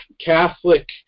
Catholic